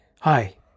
Hi